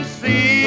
see